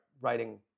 writing